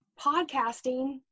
podcasting